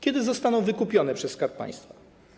Kiedy zostaną one wykupione przez Skarb Państwa?